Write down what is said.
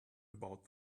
about